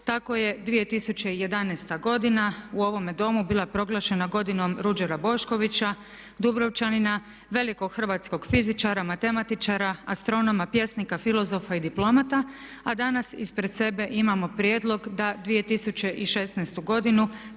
Tako je 2011. godina u ovome Domu bila proglašena godinom Ruđera Boškovića, Dubrovčanina, velikog hrvatskog fizičara, matematičara, astronoma, pjesnika, filozofa i diplomata a danas ispred sebe imamo prijedlog da 2016. godinu